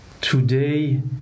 today